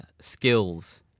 skills